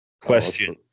Question